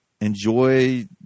enjoy